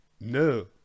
No